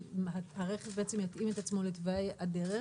שהרכב יתאים את עצמו לתוואי הדרך